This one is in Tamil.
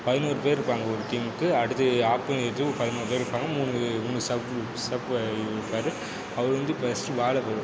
பதினோரு பேர் இருப்பாங்க ஒரு டீமுக்கு அடுத்தது ஆப்போனென்ட்டுக்கு பதினோரு பேர் இருப்பாங்க மூணு மூணு சப்பு சப்பு இருப்பார் அவரு வந்து ஃபஸ்ட்டு பாலை போடணும்